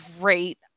great